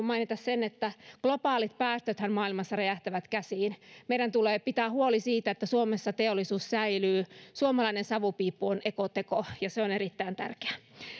mainita sen että globaalit päästöthän maailmassa räjähtävät käsiin meidän tulee pitää huoli siitä että suomessa teollisuus säilyy suomalainen savupiippu on ekoteko ja se on erittäin tärkeää meillä